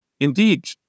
indeed